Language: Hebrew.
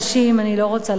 ואני לא רוצה לחזור לזה.